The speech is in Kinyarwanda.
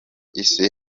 isi